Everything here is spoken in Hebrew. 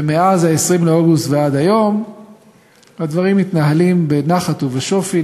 ומאז 20 באוגוסט ועד היום הדברים מתנהלים בנחת ובשופי,